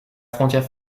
frontière